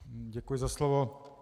Děkuji za slovo.